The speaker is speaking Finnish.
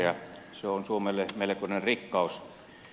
se on suomelle melkoinen rikkaus